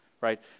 right